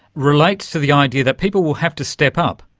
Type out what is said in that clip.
relates to the idea that people will have to step up.